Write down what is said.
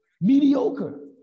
Mediocre